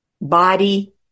body